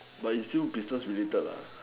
but it's still business related lah